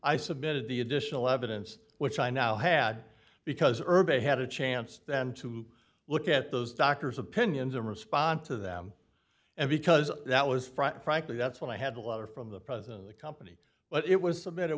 i submitted the additional evidence which i now had because herb a had a chance to look at those doctors opinions and respond to them and because that was front frankly that's when i had a letter from the president of the company but it was submitted